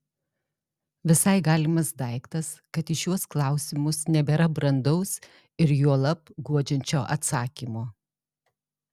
visai galimas daiktas kad į šiuos klausimus nebėra brandaus ir juolab guodžiančio atsakymo